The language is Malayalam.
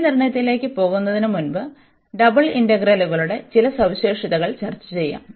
മൂല്യനിർണ്ണയത്തിലേക്ക് പോകുന്നതിനുമുമ്പ് ഇരട്ട ഇന്റഗ്രലുകളുടെ ചില സവിശേഷതകൾ ചർച്ച ചെയ്യാം